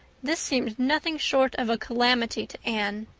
this seemed nothing short of a calamity to anne.